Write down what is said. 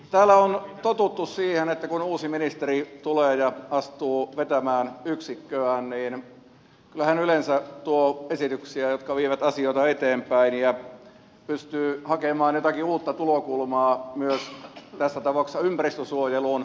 täällä on totuttu siihen että kun uusi ministeri tulee ja astuu vetämään yksikköään niin kyllä hän yleensä tuo esityksiä jotka vievät asioita eteenpäin ja pystyy hakemaan jotakin uutta tulokulmaa myös tässä tapauksessa ympäristönsuojeluun